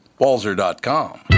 walzer.com